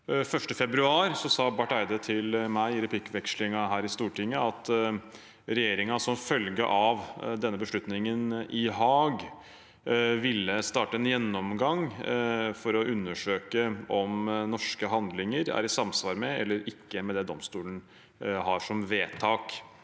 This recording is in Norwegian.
1. februar sa Barth Eide til meg i replikkvekslingen her i Stortinget at regjeringen som følge av denne beslutningen i Haag ville starte en gjennomgang for å undersøke om norske handlinger er i samsvar eller ikke med det domstolen har som vedtak.